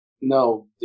No